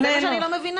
זה מה שאני לא מבינה.